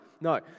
No